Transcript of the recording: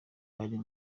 arimo